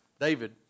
David